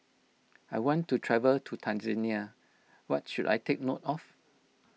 I want to travel to Tanzania what should I take note of